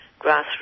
grassroots